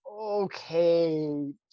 okay